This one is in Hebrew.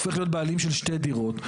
הופך להיות בעלים של שתי דירות,